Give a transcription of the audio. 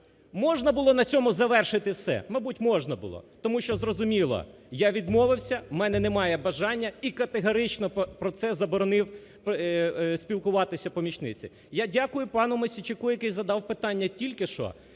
Можна було на цьому завершити все? Мабуть можна було, тому що зрозуміло, я відмовився, у мене немає бажання і категорично про це заборонив спілкуватися помічниці. Я дякую пану Мосійчуку, який задав питання тільки що